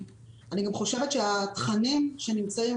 התכנים שנמצאים,